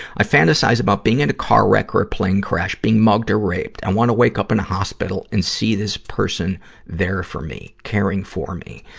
i fantasize about being in a car wreck or a plane crash, being mugged or raped. i and wanna wake up in a hospital and see this person there for me, caring for me.